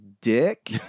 dick